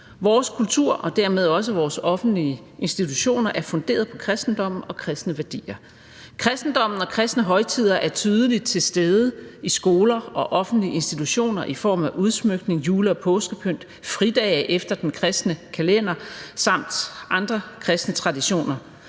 vores kultur og dermed også vores offentlige institutioner er funderet på kristendommen og kristne værdier. Kristendommen og kristne højtider er tydeligt til stede i skoler og offentlige institutioner i form af udsmykning, jule- og påskepynt, fridage efter den kristne kalender samt andre kristne traditioner,